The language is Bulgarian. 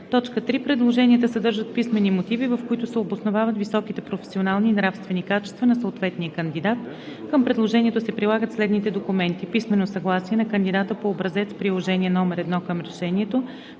него. 3. Предложенията съдържат писмени мотиви, в които се обосновават високите професионални и нравствени качества на съответния кандидат. Към предложението се прилагат следните документи: - писмено съгласие на кандидата по образец – приложение № 1 към решението;